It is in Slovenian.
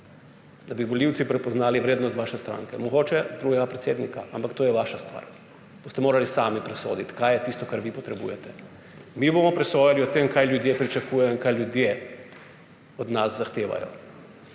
da bi volivci prepoznali vrednost vaše stranke. Mogoče drugega predsednika, ampak to je vaša stvar. Boste morali sami presoditi, kaj je tisto, ker vi potrebujete. Mi bomo presojali o tem, kaj ljudje pričakujejo in kaj ljudje od nas zahtevajo.